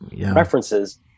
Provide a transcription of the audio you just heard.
references